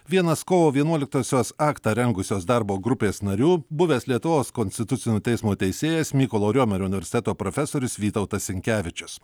vienas kovo vienuoliktosios aktą rengusios darbo grupės narių buvęs lietuvos konstitucinio teismo teisėjas mykolo riomerio universiteto profesorius vytautas sinkevičius